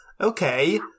okay